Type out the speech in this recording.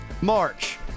March